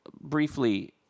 briefly